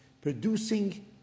producing